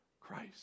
Christ